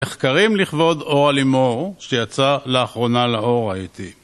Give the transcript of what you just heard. מחקרים לכבוד אורה לימור, שיצא לאחרונה לאור, ראיתי